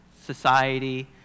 society